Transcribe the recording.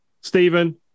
Stephen